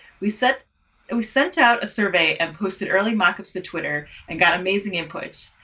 we sent and we sent out a survey and posted early mock-ups to twitter and got amazing input.